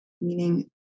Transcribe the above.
meaning